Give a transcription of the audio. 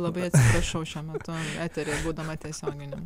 labai atsiprašau šiuo metu eteryje būdama tiesioginiam